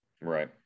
right